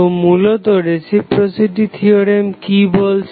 তো মূলত reciprocity theorem কি বলছে